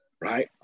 right